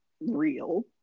real